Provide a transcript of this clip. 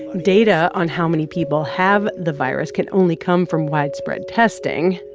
data on how many people have the virus can only come from widespread testing.